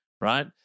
right